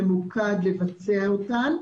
ממוקד לבצע אותן,